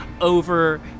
over